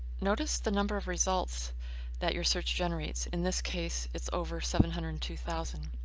notice the number of results that your search generates. in this case, it's over seven hundred and two thousand.